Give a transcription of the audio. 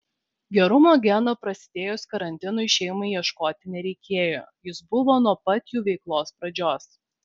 gerumo geno prasidėjus karantinui šeimai ieškoti nereikėjo jis buvo nuo pat jų veiklos pradžios